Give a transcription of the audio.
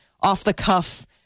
off-the-cuff